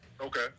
Okay